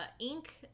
ink